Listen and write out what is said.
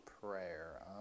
prayer